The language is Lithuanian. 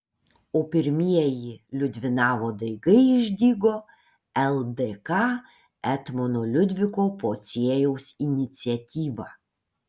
o pirmieji liudvinavo daigai išdygo ldk etmono liudviko pociejaus iniciatyva